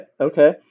Okay